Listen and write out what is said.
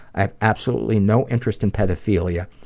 i have absolutely no interest in pedophilia,